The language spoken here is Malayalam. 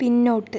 പിന്നോട്ട്